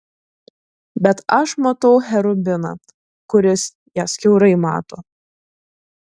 bet aš matau cherubiną kuris jas kiaurai mato